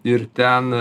ir ten